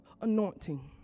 anointing